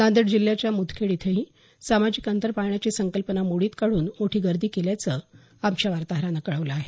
नांदेड जिल्ह्याच्या मुदखेड इथंही सामाजिक आंतर पाळण्याची संकल्पना मोडीत काढून मोठी गर्दी केल्याचं आमच्या वार्ताहरानं कळवलं आहे